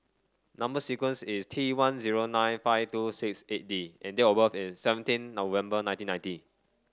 number sequence is T one zero nine five two six eight D and date of birth is seventeen November nineteen ninety